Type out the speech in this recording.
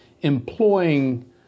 employing